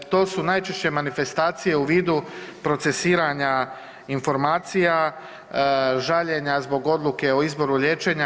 To su najčešće manifestacije u vidu procesiranja informacija, žaljenja zbog odluke o izboru liječenja.